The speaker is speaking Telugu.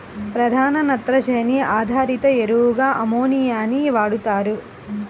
ప్రధాన నత్రజని ఆధారిత ఎరువుగా అమ్మోనియాని వాడుతారు